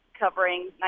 covering